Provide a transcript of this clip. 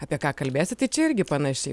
apie ką kalbėsit tai čia irgi panašiai